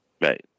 Right